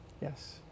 Yes